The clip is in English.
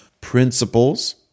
principles